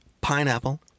pineapple